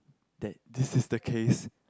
that this is the case